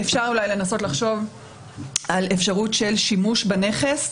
אפשר לנסות לחשוב על אפשרות של שימוש בנכס,